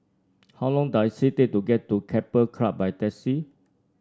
how long does it take to get to Keppel Club by taxi